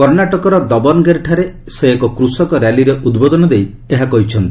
କର୍ଣ୍ଣାଟକର ଦବନଗେରେ ଠାରେ ସେ ଏକ କୃଷକ ର୍ୟାଲିରେ ଉଦ୍ବୋଧନ ଦେଇ ଏହା କହିଛନ୍ତି